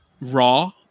raw